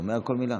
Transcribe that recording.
שומע כל מילה.